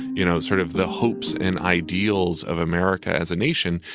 you know, sort of the hopes and ideals of america as a nation.